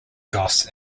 goths